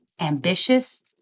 ambitious